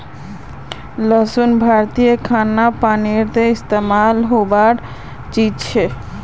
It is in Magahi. लहसुन भारतीय खान पानोत इस्तेमाल होबार चीज छे